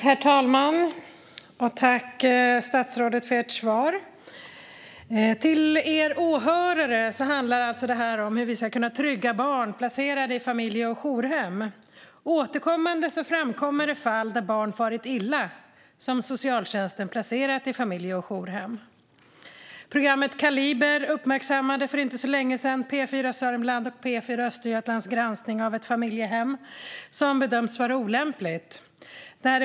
Herr talman! Jag tackar statsrådet för svaret. Till er åhörare vill jag säga att detta alltså handlar om hur vi ska kunna trygga barn placerade i familje och jourhem. Återkommande framkommer fall där barn som socialtjänsten placerat i familje och jourhem farit illa. Programmet Kaliber uppmärksammade för inte så länge sedan P4 Sörmlands och P4 Östergötlands granskning av ett familjehem som bedömts vara olämpligt.